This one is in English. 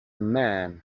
man